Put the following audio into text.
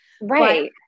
Right